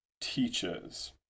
teaches